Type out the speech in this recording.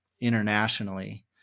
internationally